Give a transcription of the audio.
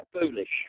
foolish